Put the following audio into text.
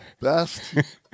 Best